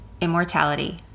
Immortality